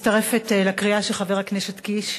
מצטרפת לקריאה של חבר הכנסת קיש,